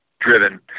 driven